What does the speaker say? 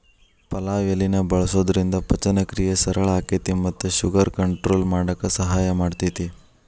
ಪಲಾವ್ ಎಲಿನ ಬಳಸೋದ್ರಿಂದ ಪಚನಕ್ರಿಯೆ ಸರಳ ಆಕ್ಕೆತಿ ಮತ್ತ ಶುಗರ್ ಕಂಟ್ರೋಲ್ ಮಾಡಕ್ ಸಹಾಯ ಮಾಡ್ತೆತಿ